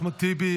אחמד טיבי,